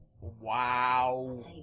Wow